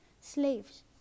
slaves